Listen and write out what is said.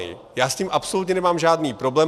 Já s tím absolutně nemám žádný problém.